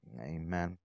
Amen